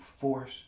force